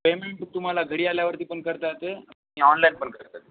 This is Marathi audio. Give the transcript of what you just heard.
पेमेंट तुम्हाला घरी आल्यावरतीपण करता येते आणि ऑनलाईनपण करता येते